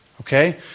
Okay